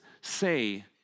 say